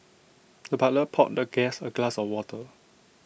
the butler poured the guest A glass of water